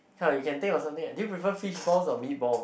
come you can think of something like do you prefer fishballs or meatballs